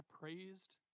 praised